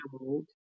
old